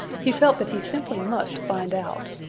he felt that he simply must find out.